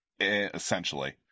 essentially